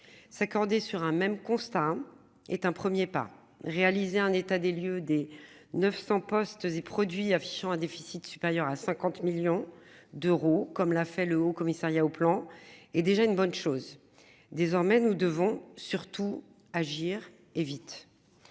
S'accorder sur un même constat hein est un 1er pas réaliser un état des lieux des 900 postes et produits affichant un déficit supérieur à 50 millions d'euros, comme l'a fait. Le Haut Commissariat au Plan et déjà une bonne chose. Désormais, nous devons surtout agir et vite.